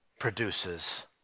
produces